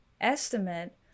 estimate